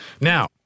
Now